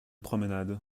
promenade